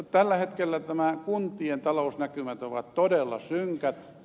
tällä hetkellä kuntien talousnäkymät ovat todella synkät